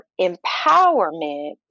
empowerment